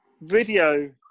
video